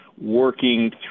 working